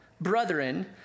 brethren